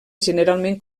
generalment